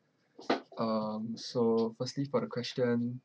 um so firstly for the question